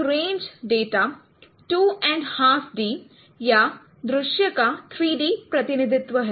एक range data two and half D 2 and ½ D या दृश्य का 3 डी प्रतिनिधित्व है